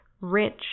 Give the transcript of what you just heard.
rich